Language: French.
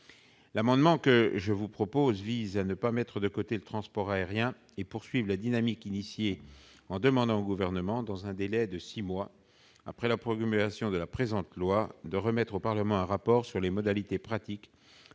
amendement vise à ne pas mettre de côté le transport aérien et à poursuivre la dynamique engagée, en demandant au Gouvernement, dans un délai de six mois après la promulgation de la présente loi, de remettre au Parlement un rapport sur les modalités pratiques